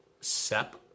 SEP